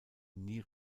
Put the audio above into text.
nie